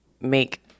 make